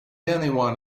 anyone